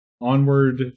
Onward